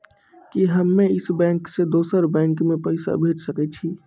कि हम्मे इस बैंक सें दोसर बैंक मे पैसा भेज सकै छी?